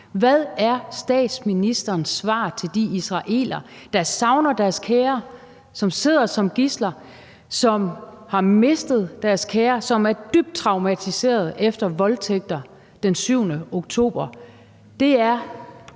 Hvad er statsministerens svar til de israelere, der savner deres kære, der sidder som gidsler, og som har mistet deres kære og er dybt traumatiserede efter voldtægter den 7. oktober? Det er,